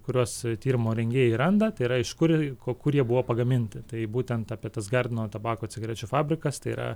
kuriuos tyrimo rengėjai randa tai yra iš kur ir ko kur jie buvo pagaminti tai būtent apie tas gardino tabako cigarečių fabrikas tai yra